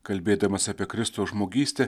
kalbėdamas apie kristaus žmogystę